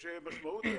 יש משמעות,